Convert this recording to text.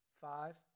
Five